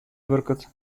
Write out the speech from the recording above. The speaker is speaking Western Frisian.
wurket